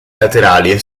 laterali